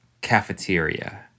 cafeteria